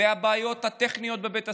והבעיות הטכניות בבית הספר,